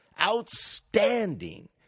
outstanding